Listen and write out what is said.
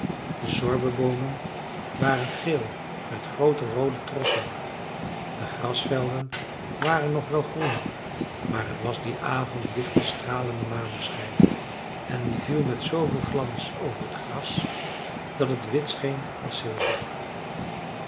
de sorbeboomen waren geel met groote roode trossen de grasvelden waren nog wel groen maar t was dien avond lichte stralende maneschijn en die viel met zooveel glans over t gras dat het wit scheen als zilver